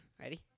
Ready